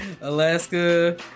Alaska